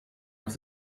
have